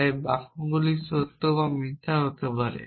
তাই বাক্যগুলি সত্য বা মিথ্যা হতে পারে